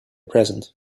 present